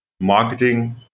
Marketing